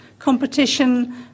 competition